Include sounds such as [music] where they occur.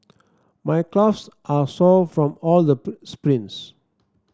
my calves are sore from all the [unintelligible] sprints